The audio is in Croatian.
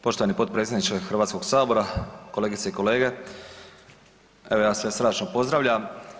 Poštovani potpredsjedniče Hrvatskog sabora, kolegice i kolege evo ja vas sve srdačno pozdravljam.